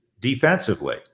defensively